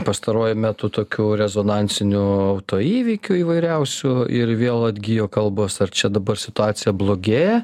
pastaruoju metu tokių rezonansinių autoįvykių įvairiausių ir vėl atgijo kalbos ar čia dabar situacija blogėja